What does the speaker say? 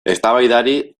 eztabaidari